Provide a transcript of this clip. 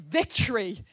victory